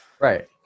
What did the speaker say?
right